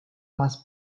მას